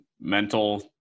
mental